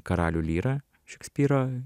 karalių lyrą šekspyro